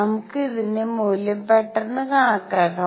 നമുക്ക് ഇതിന്റെ മൂല്യം പെട്ടെന്ന് കണക്കാക്കാം